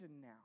now